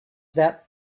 that